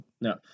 No